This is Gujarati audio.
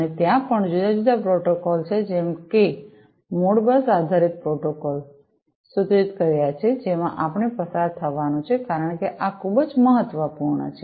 અને ત્યાં પણ જુદા જુદા પ્રોટોકોલો છે જેમ કે મોડબસઆધારિત પ્રોટોકોલ સૂચિત કર્યા છે કે જેમાં આપણે પસાર થવાનું છે કારણ કે આ ખૂબ જ મહત્વપૂર્ણ છે